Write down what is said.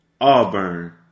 Auburn